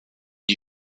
die